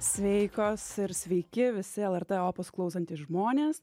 sveikos ir sveiki visi lrt opus klausantys žmonės